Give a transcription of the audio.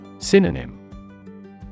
Synonym